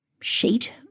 sheet